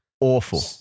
Awful